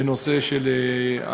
בנושא של,